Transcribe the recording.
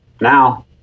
now